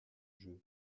jeu